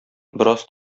бераз